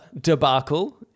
debacle